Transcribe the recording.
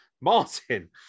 Martin